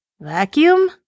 Vacuum